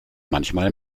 manchmal